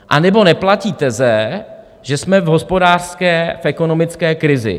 Anebo neplatí teze, že jsme v hospodářské, v ekonomické krizi.